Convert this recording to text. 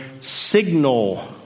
signal